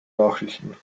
nachrichten